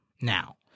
now